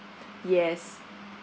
yes